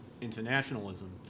internationalism